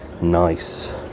Nice